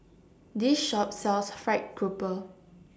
This Shop sells Fried Grouper